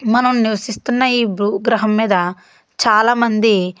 మనం నివసిస్తున్న ఈ భూగ్రహం మీద చాలా మంది